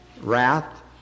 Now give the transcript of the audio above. wrath